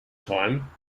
time